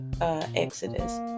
exodus